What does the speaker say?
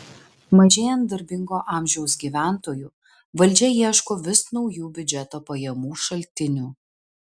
mažėjant darbingo amžiaus gyventojų valdžia ieško vis naujų biudžeto pajamų šaltinių